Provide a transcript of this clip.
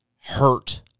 hurt